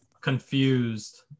confused